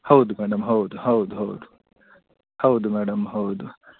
ಹೌದು ಮೇಡಮ್ ಹೌದು ಹೌದು ಹೌದು ಹೌದು ಮೇಡಮ್ ಹೌದು